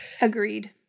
Agreed